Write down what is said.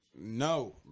no